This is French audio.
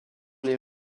les